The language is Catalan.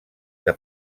que